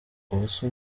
ubuse